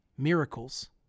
Miracles